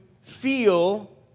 feel